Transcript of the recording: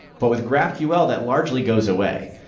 but with graphql, that largely goes away.